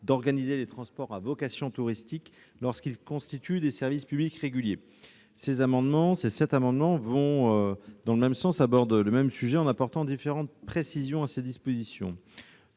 d'organiser les transports à vocation touristique lorsqu'ils constituent des services publics réguliers. Ces six amendements vont dans le même sens, en apportant différentes précisions à ces dispositions.